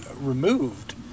removed